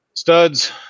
Studs